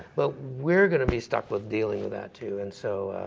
but we're going to be stuck with dealing with that, too. and so,